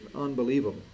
unbelievable